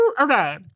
Okay